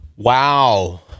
Wow